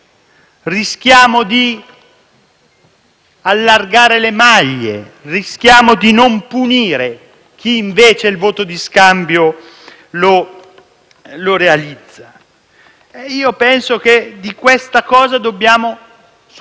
allargare le maglie; rischiamo di non punire chi invece il voto di scambio lo realizza. Io penso che su questa cosa si debba riflettere,